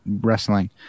wrestling